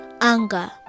anger